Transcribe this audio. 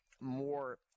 more